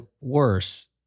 worse